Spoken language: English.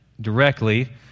directly